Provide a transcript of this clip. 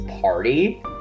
party